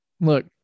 Look